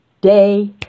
day